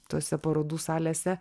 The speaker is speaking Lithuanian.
tose parodų salėse